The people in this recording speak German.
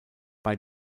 bei